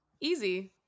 easy